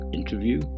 interview